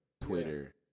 Twitter